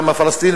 העם הפלסטיני,